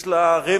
יש לה רמז